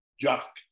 jock